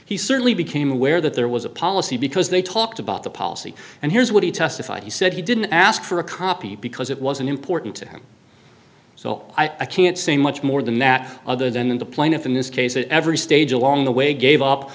he certainly became aware that there was a policy because they talked about the policy and here's what he testified he said he didn't ask for a copy because it wasn't important to him so i can't say much more than that other than the plaintiff in this case at every stage along the way gave up